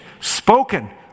spoken